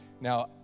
Now